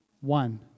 one